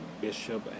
Bishop